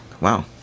Wow